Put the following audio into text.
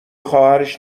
خواهرش